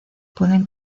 pueden